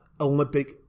Olympic